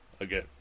Again